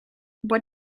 what